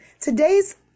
Today's